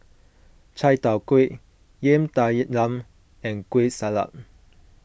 Chai Tow Kway Yam Talam and Kueh Salat